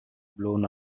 blown